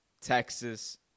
Texas